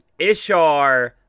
Ishar